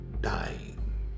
dying